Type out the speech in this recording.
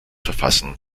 verfassen